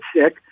sick